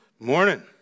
morning